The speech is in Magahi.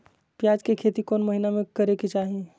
प्याज के खेती कौन महीना में करेके चाही?